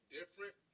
different